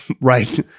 Right